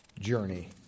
journey